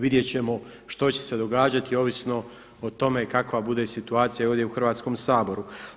Vidjet ćemo što će se događati ovisno o tome kakva bude situacija ovdje u Hrvatskom saboru.